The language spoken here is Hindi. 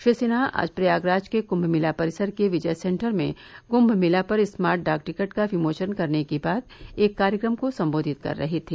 श्री सिन्हा आज प्रयागराज के कृंभ मेला परिसर के विजय सेंटर में कृंभ मेला पर स्मार्ट डाक टिकट का विमोचन करने के बाद एक कार्यक्रम को सम्बोवित कर रहे थे